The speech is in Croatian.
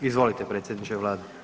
Izvolite predsjedniče Vlade.